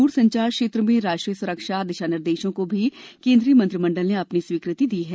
दूरसंचार क्षेत्र में राष्ट्रीय सुरक्षा दिशा निर्देशों को भी केंद्रीय मंत्रिमंडल ने अपनी स्वीकृति दे दी है